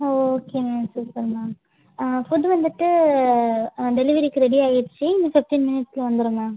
okay ma'am super ma'am food வந்துவிட்டு டெலிவெரிக்கு ready ஆயிச்சு இன்னும் பிஃப்ட்டின் மினிட்ஸில் வந்துரும் மேம்